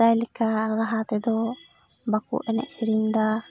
ᱥᱮᱫᱟᱭ ᱞᱮᱠᱟ ᱨᱟᱦᱟ ᱛᱮᱫᱚ ᱵᱟᱠᱚ ᱮᱱᱮᱡ ᱥᱮᱨᱮᱧ ᱮᱫᱟ